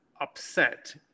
upset